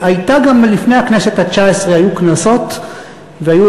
גם לפני הכנסת התשע-עשרה היו כנסות והיו